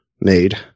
made